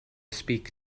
speak